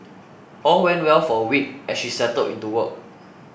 all went well for a week as she settled into work